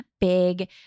big